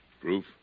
Proof